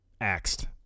axed